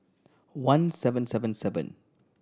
one seven seven seven